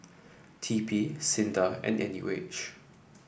T P SINDA and N U H